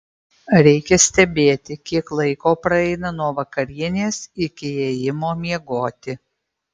reikia stebėti kiek laiko praeina nuo vakarienės iki ėjimo miegoti